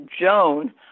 Joan